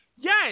Yes